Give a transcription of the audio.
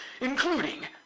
including